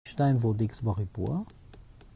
‫שתיים ועוד איקס בריבוע.